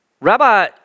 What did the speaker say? Rabbi